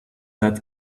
that